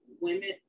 women